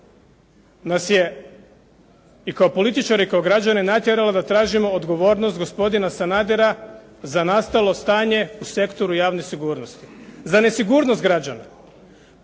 nas je i kao političare i kao građane natjerala da tražimo odgovornost gospodina Sanadera za nastalo stanje u sektoru javne sigurnosti, za nesigurnost građana.